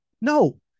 no